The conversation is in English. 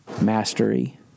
mastery